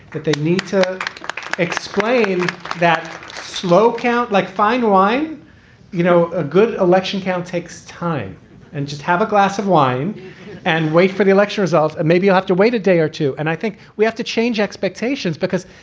that they need to explain that slow count like fine wine you know, a good election count takes time and just have a glass of wine and wait for the election results and maybe you have to wait a day or two. and i think we have to change expectations because,